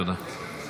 תודה.